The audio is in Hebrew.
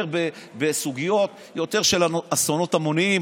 יותר בסוגיות של אסונות המוניים,